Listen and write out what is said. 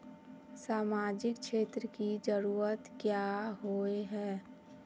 सामाजिक क्षेत्र की जरूरत क्याँ होय है?